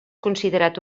considerat